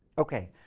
okay.